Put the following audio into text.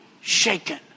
shaken